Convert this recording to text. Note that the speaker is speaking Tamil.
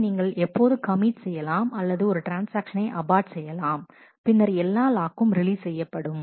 மற்றும் நீங்கள் எப்போது கமிட் செய்யலாம் அல்லது ஒரு ட்ரான்ஸ்ஆக்ஷனை அபார்ட் செய்யலாம் பின்னர் எல்லா லாக்கும் ரிலீஸ் செய்யப்படும்